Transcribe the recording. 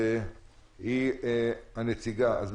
מה הטלפונים הידועים שלהם מרימים אליהם טלפונים ואומרים להם: